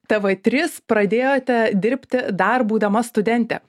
tv trys pradėjote dirbti dar būdama studente